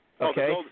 Okay